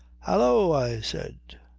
hallo! i said.